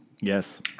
Yes